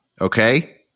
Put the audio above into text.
okay